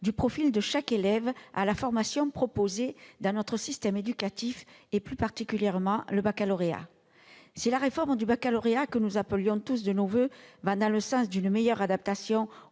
du profil de chaque élève à la formation proposée dans notre système éducatif, et plus particulièrement au baccalauréat. Si la réforme du baccalauréat, que nous appelions tous de nos voeux, va dans le sens d'une meilleure adaptation